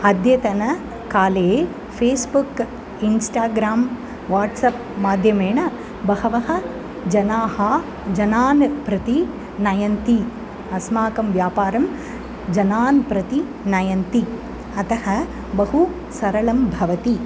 अद्यतनकाले Facebook Instagram WhatsApp माध्यमेन बहवः जनाः जनान् प्रति नयन्ति अस्माकं व्यापारं जनान् प्रति नयन्ति अतः बहु सरलं भवति